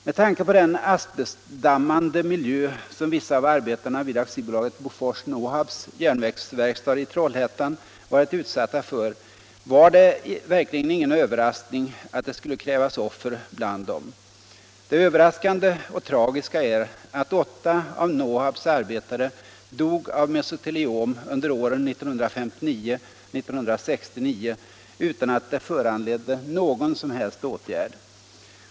Med tanke på den asbestdammande miljö, som vissa av arbetarna vid AB Bofors-Nohabs järnvägsverkstad i Trollhättan varit utsatta för, var det verkligen ingen överraskning att det skulle krävas offer bland dem. Det överraskande och tragiska är att åtta av Nohabs arbetare dog av mesoteliom under åren 1959-1969 utan att det föranledde någon som helst åtgärd.